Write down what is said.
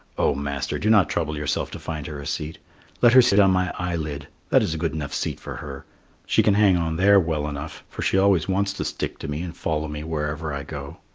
oh, master, do not trouble yourself to find her a seat let her sit on my eyelid that is a good enough seat for her she can hang on there well enough, for she always wants to stick to me and follow me wherever i go.